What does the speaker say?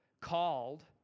called